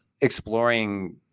exploring